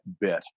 bit